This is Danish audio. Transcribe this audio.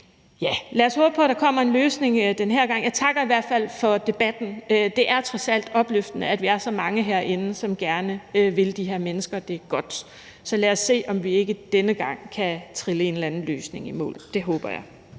Lad os håbe på, at der kommer en løsning den her gang. Jeg takker i hvert fald for debatten. Det er trods alt opløftende, at vi er så mange herinde, som gerne vil de her mennesker det godt. Så lad os se, om vi ikke denne gang kan trille en eller anden løsning i mål. Det håber jeg.